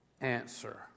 answer